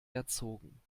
erzogen